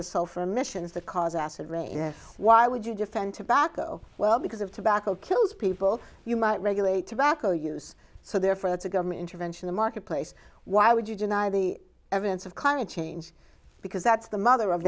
if why would you defend tobacco well because of tobacco kills people you might regulate tobacco use so therefore it's a government intervention the marketplace why would you deny the evidence of current change because that's the mother of